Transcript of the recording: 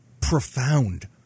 profound